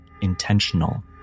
intentional